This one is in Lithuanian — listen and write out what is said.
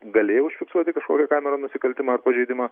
galėjo užfiksuoti kažkokia kamera nusikaltimą ar pažeidimą